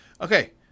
okay